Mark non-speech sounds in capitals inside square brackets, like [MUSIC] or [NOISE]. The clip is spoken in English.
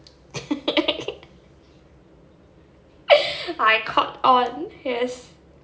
[LAUGHS] I caught on yes